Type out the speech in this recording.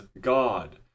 God